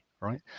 right